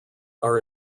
are